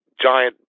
giant